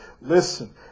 listen